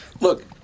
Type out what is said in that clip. Look